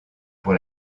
pour